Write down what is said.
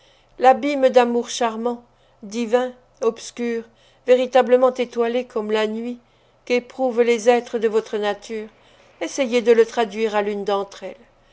l'abîme d'amour charmant divin obscur véritablement étoilé comme la nuit qu'éprouvent les êtres de votre nature essayez de le traduire à l'une d'entre elles